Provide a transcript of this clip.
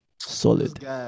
Solid